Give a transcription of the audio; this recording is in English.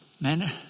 men